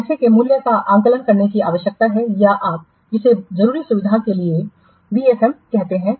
पैसे के मूल्य का आकलन करने की आवश्यकता है या आप जिसे जरूरी सुविधा के लिए वीएफएम कहते हैं